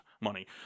money